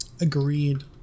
Agreed